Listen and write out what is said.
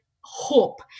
hope